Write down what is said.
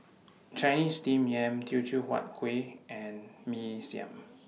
Chinese Steamed Yam Teochew Huat Kuih and Mee Siam